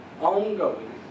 ongoing